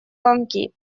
ланки